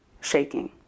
shaking